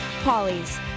Polly's